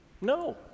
No